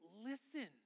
listen